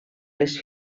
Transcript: les